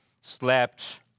slept